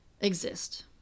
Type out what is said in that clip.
exist